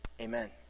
Amen